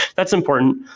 that's important.